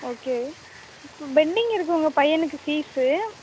okay இப்போ pending இருக்குது உங்கள் பையனுக்கு ஃபீஸு